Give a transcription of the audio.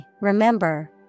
remember